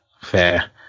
fair